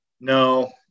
No